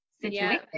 situation